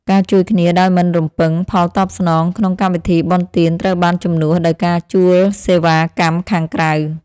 ការជួយគ្នាដោយមិនរំពឹងផលតបស្នងក្នុងកម្មវិធីបុណ្យទានត្រូវបានជំនួសដោយការជួលសេវាកម្មខាងក្រៅ។